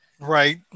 Right